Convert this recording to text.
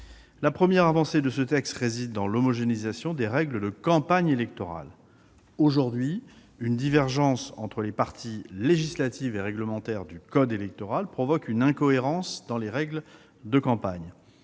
La première avancée réside dans l'homogénéisation des règles de campagne électorale. Aujourd'hui, une divergence entre les parties législative et réglementaire du code électoral provoque une incohérence dans ces règles.